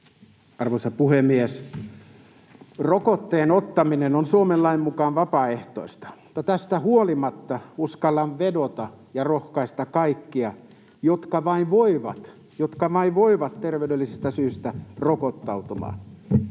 Arvoisa puhemies! Rokotteen ottaminen on Suomen lain mukaan vapaaehtoista, mutta tästä huolimatta uskallan vedota ja rohkaista kaikkia, jotka vain voivat — jotka vain voivat — terveydellisistä syistä rokottautua.